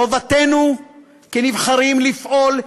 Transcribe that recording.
חובתנו כנבחרים לפעול,